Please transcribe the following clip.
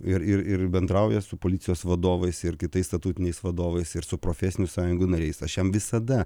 ir ir ir bendrauja su policijos vadovais ir kitais statutiniais vadovais ir su profesinių sąjungų nariais aš jam visada